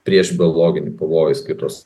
prieš biologinį pavojus kitus